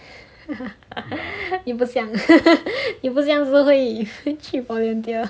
你不像你不像是可以去 volunteer